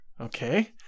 Okay